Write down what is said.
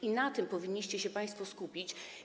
I na tym powinniście się państwo skupić.